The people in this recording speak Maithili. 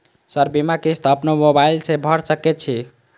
सर बीमा किस्त अपनो मोबाईल से भर सके छी?